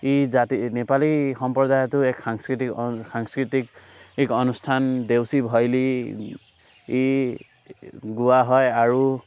জাতি নেপালী সম্প্ৰদায়তো এক সাংস্কৃতিক অনু সাংস্কৃতিক অনুষ্ঠান দেউচি ভইলি গোৱা হয় আৰু